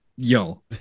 Yo